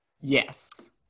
Yes